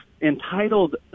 entitled